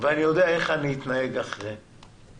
ואני יודע איך אני אתנהג אחר כך.